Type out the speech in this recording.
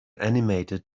animated